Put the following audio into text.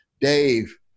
Dave